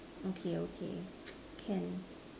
okay okay can